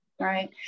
Right